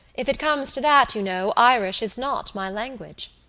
if it comes to that, you know, irish is not my language.